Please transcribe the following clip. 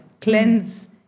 cleanse